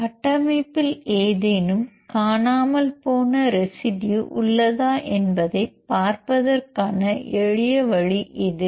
கட்டமைப்பில் ஏதேனும் காணாமல் போன ரெசிடுயு உள்ளதா என்பதைப் பார்ப்பதற்கான எளிய வழி இது